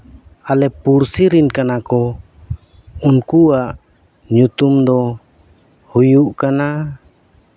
ᱟᱞᱮ ᱯᱩᱬᱥᱤ ᱨᱮᱱ ᱠᱟᱱᱟ ᱠᱚ ᱩᱱᱠᱩᱣᱟᱜ ᱧᱩᱛᱩᱢ ᱫᱚ ᱦᱩᱭᱩᱜ ᱠᱟᱱᱟ